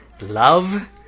Love